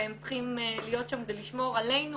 והם צריכים להיות שם כדי לשמור עלינו,